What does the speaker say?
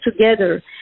together